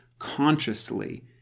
consciously